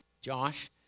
Josh